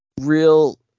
real